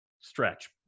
stretch